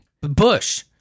bush